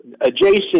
adjacent